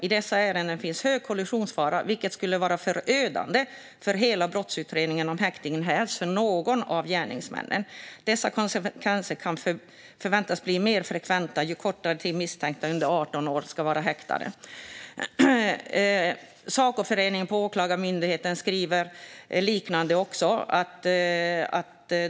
I dessa ärenden finns hög kollusionsfara, vilket innebär att det skulle vara förödande för hela brottsutredningen om häktningen hävs för någon av gärningsmännen. Dessa konsekvenser kan förväntas bli mer frekventa ju kortare tid som misstänkta under 18 år kan vara häktade. Sacoföreningen på Åklagarmyndigheten skriver något liknande.